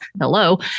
Hello